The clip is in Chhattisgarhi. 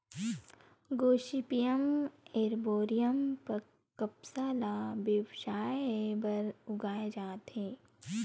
गोसिपीयम एरबॉरियम कपसा ल बेवसाय बर उगाए जाथे